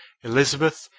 elizabeth,